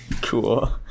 Cool